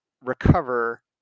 recover